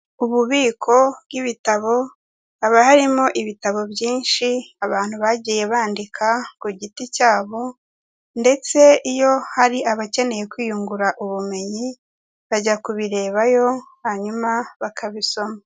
Ububiko bw'ibitabo haba harimo ibitabo byinshi, abantu bagiye bandika ku giti cyabo, ndetse iyo hari abakeneye kwiyungura ubumenyi, bajya kubirebayo hanyuma bakabisoma.